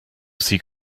seek